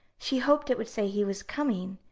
she hoped it would say he was coming,